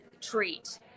treat